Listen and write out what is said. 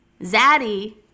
Zaddy